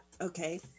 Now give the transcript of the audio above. Okay